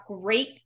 great